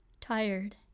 Tired